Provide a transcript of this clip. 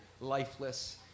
lifeless